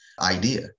idea